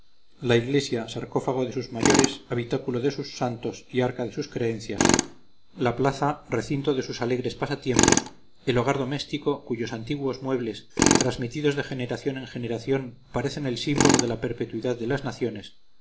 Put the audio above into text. la iglesia sarcófago de sus mayores habitáculo de sus santos y arca de sus creencias la plaza recinto de sus alegres pasatiempos el hogar doméstico cuyos antiguos muebles transmitidos de generación en generación parecen el símbolo de la perpetuidad de las naciones